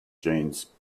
genes